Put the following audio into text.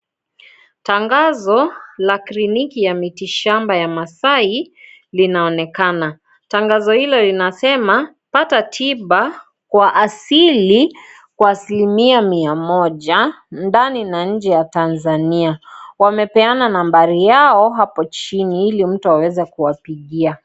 Tangazo la kliniki ya miti shamba ya masai, linaonekana. Tangazo hilo linasema, pata tiba kwa asili, kwa asilimia mia moja, ndani na nje ya Tanzania. Wamepanga nambari yao hapo chini ili mtu aweze kuwapigia.